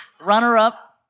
Runner-up